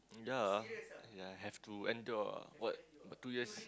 ya ya have to endure what two years